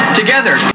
together